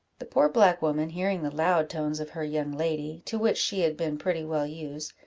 the poor black woman, hearing the loud tones of her young lady, to which she had been pretty well used,